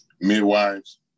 midwives